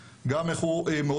גם איך הוא מטפל בנושא של הביטוח,